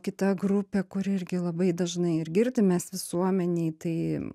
kita grupė kuri irgi labai dažnai ir girdim mes visuomenėj tai